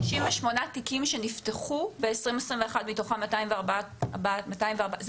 668 תיקים שנפתחו ב-2021, 214 תיקים?